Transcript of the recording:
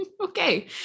Okay